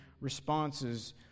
responses